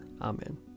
Amen